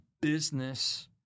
business